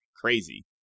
crazy